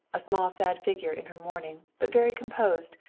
a small sad figure in her mourning, but very composed,